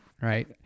right